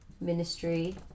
Ministry